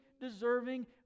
deserving